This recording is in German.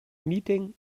meeting